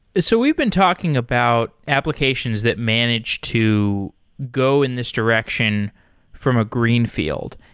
so we've been talking about applications that manage to go in this direction from a greenfield,